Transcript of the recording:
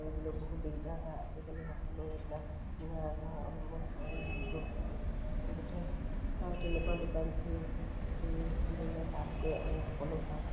কৰিবলৈ বহুত দিগদাৰ হয় আজিকালি সকলো সেইবিলাক কম্পিউটাৰৰ তেনেকুৱা দোকান চি চি টি ভি খুলিলে তাত গৈ আমি সকলো ভাল